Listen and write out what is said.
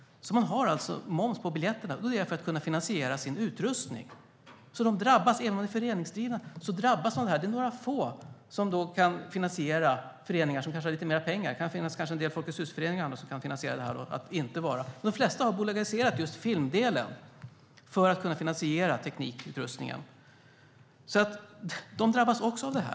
De har alltså moms på biljetterna för att kunna finansiera sin utrustning. De drabbas alltså även om de är föreningsdrivna. Det är några få föreningar som har lite mer pengar - det kan finnas en del Folkets Hus-föreningar - som ändå kan finansiera detta. De flesta har bolagiserat just filmdelen för att kunna finansiera teknikutrustningen. De drabbas alltså också av detta.